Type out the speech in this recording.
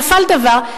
נפל דבר,